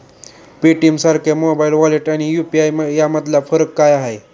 पेटीएमसारख्या mobile wallet आणि UPI यामधला फरक काय आहे?